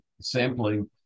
sampling